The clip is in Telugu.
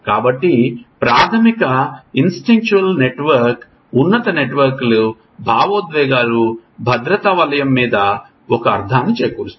కాబట్టి ప్రాధమిక ఇన్స్టింక్చువల్ నెట్వర్క్ ఉన్నత నెట్వర్క్లు భావోద్వేగాలు భద్రతా వలయం మీద ఒక అర్ధాన్ని చేకూరుస్తుంది